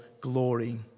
glory